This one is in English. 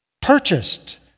Purchased